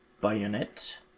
bayonet